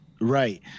right